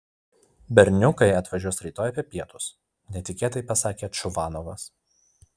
berniukai atvažiuos rytoj apie pietus netikėtai pasakė čvanovas